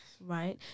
right